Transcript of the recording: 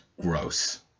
gross